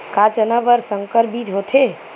का चना बर संकर बीज होथे?